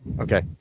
okay